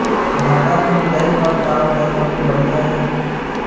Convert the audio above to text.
भांटा के निराई बर का औजार सबले बढ़िया ये?